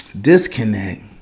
disconnect